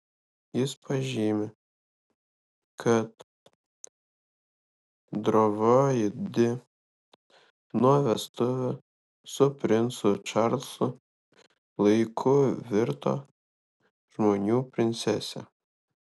jis pažymi kad drovioji di nuo vestuvių su princu čarlzu laikų virto žmonių princese